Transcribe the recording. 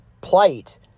plight